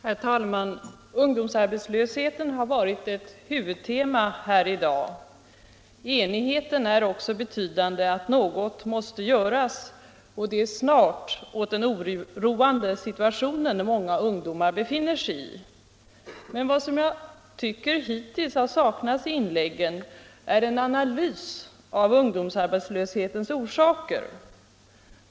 Herr talman! Ungdomsarbetslösheten har varit ett huvudtema här i dag. Enigheten är också betydande att något måste göras — och det snart - åt den oroande situationen många ungdomar befinner sig i. Men vad som hittills har saknats i inläggen är en analys av ungdomsarbetslöshetens orsaker.